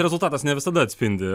rezultatas ne visada atspindi